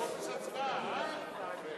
חופש הצבעה, אה?